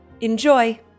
Enjoy